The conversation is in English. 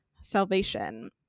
salvation